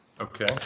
Okay